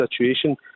situation